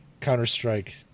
Counter-Strike